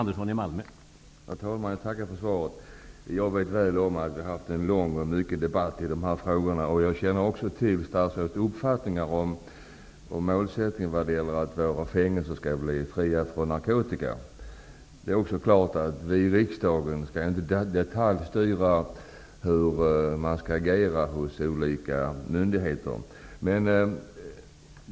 Herr talman! Jag tackar för svaret. Jag känner väl till att vi länge och mycket har debatterat de här frågorna. Jag känner också till statsrådets uppfattningar om målsättningen att våra fängelser skall bli fria från narkotika. Det är också klart att vi i riksdagen inte skall detaljstyra hur man skall agera hos olika myndigheter.